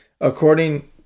According